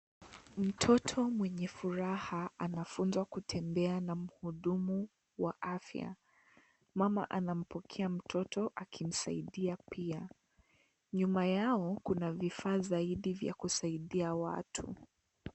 Mtoto mwenye furaha anafunzwa kutembea na mhudumu wa afya. Mama anampokea mtoto akimsaidia pia. Nyuma yao, kuna vifaa zaidi ya kusaidia watu.